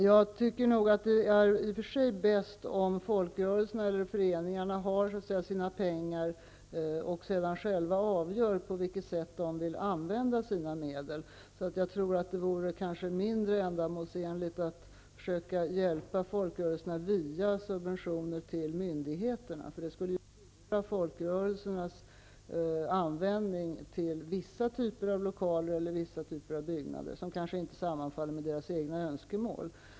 Herr talman! Jag tycker i och för sig att det är bäst om folkrörelserna och föreningarna själva förvaltar sina pengar och själva avgör på vilket sätt de vill andvända sina medel. Det vore kanske mindre ändamålsenligt att försöka hjälpa folkrörelserna via subventioner till myndigheterna. Det skulle kunna styra folkrörelsernas användning av lokaler till vissa typer av byggnader, vilka kanske inte sammanfaller med deras egna önskemål.